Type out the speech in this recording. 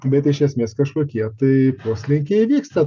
bet iš esmės kažkokie tai poslinkiai įvyksta